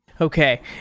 Okay